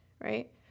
right